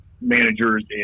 managers